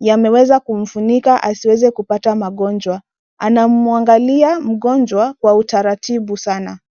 yameweza kumfunika asiweze kumpata magonjwa. Anamwangalia mgonjwa kwa utaratibu sana.